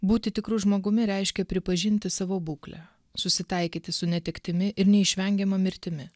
būti tikru žmogumi reiškia pripažinti savo būklę susitaikyti su netektimi ir neišvengiama mirtimi